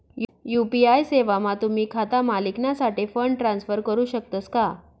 UPI सेवामा तुम्ही खाता मालिकनासाठे फंड ट्रान्सफर करू शकतस का